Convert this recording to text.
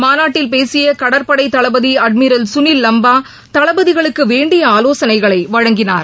மாநாட்டில் பேசியகடற்படைதளபதிஅட்மிரல் சுனில் லம்பாதளபதிகளுக்குவேண்டிபஆலோசனைகளைவழங்கினார்